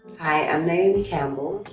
hi, i'm naomi campbell,